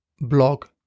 blog